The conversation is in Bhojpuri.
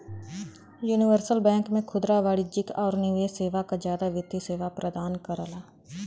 यूनिवर्सल बैंक में खुदरा वाणिज्यिक आउर निवेश सेवा क जादा वित्तीय सेवा प्रदान करला